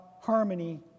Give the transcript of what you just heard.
harmony